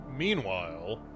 meanwhile